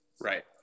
Right